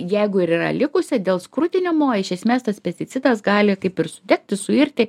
jeigu ir yra likusią dėl skrudinimo iš esmės tas pesticidas gali kaip ir sudegti suirti